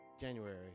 January